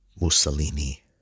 Mussolini